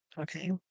okay